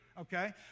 okay